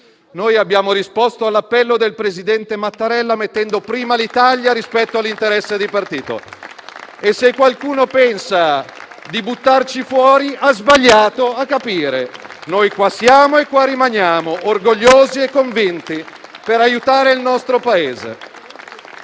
Noi abbiamo risposto all'appello del presidente Mattarella, mettendo prima l'Italia rispetto all'interesse di partito e se qualcuno pensa di buttarci fuori ha sbagliato a capire. Noi qua siamo e qua rimaniamo orgogliosi e convinti per aiutare il nostro Paese.